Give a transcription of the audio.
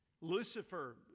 lucifer